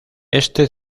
este